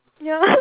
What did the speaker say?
ya